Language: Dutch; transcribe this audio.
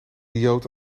idioot